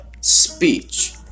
speech